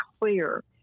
clear